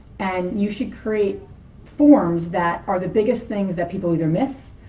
and you should create forms that are the biggest things that people either miss,